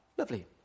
Lovely